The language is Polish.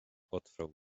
otwarł